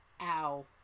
Ow